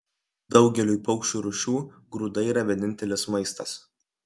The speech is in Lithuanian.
daugeliui paukščių rūšių grūdai yra vienintelis maistas